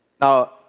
Now